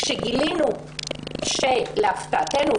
כשגילינו להפתעתנו,